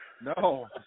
No